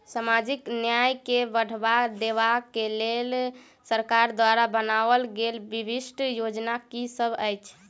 सामाजिक न्याय केँ बढ़ाबा देबा केँ लेल सरकार द्वारा बनावल गेल विशिष्ट योजना की सब अछि?